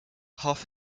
half